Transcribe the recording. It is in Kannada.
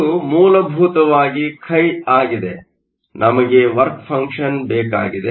ಇದು ಮೂಲಭೂತವಾಗಿ ಖೈ ಆಗಿದೆ ನಮಗೆ ವರ್ಕ್ ಫಂಕ್ಷನ್ ಬೇಕಾಗಿದೆ